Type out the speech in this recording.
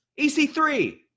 EC3